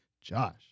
josh